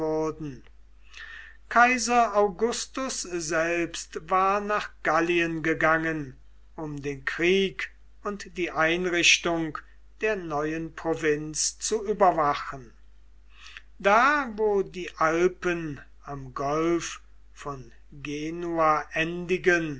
kaiser augustus selbst war nach gallien gegangen um den krieg und die einrichtung der neuen provinz zu überwachen da wo die alpen am golf von genua endigen